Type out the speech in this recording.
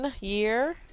year